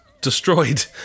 destroyed